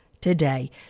today